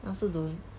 I also don't